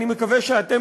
אני מקווה שאתם,